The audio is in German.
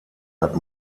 hat